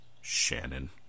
Shannon